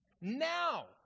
now